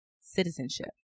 citizenship